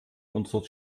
unser